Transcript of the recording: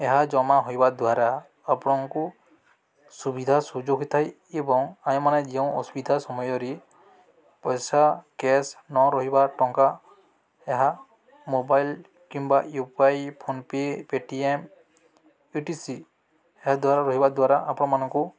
ଏହା ଜମା ହେବା ଦ୍ୱାରା ଆପଣଙ୍କୁ ସୁବିଧା ସୁଯୋଗ ହେଉଥାଏ ଏବଂ ଆଇମାନେ ଯେଉଁ ଅସୁବିଧା ସମୟରେ ପଇସା କ୍ୟାସ୍ ନ ରହିବା ଟଙ୍କା ଏହା ମୋବାଇଲ୍ କିମ୍ବା U P I PhonePe Paytm U T C ଏହାଦ୍ୱାରା ରହିବା ଦ୍ୱାରା ଆପଣମାନଙ୍କୁ